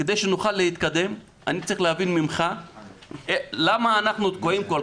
כדי שנוכל להתקדם אני צריך להבין ממך למה אנחנו תקועים כל